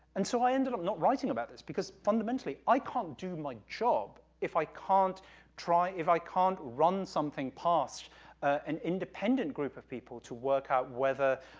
and so i ended up not writing about this, because, fundamentally, i can't do my job, if i can't try, if i can't run something past an independent group of people to work out whether,